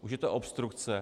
Už je to obstrukce.